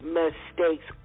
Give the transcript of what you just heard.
mistakes